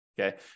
Okay